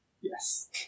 Yes